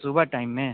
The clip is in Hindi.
सुबह टाइम में